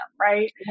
Right